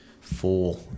four